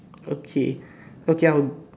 okay okay I'll